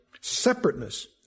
separateness